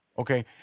Okay